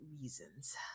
reasons